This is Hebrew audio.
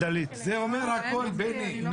זה אומר הכול, בני.